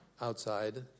outside